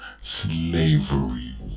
slavery